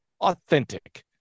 authentic